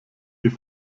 die